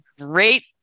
great